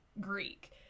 Greek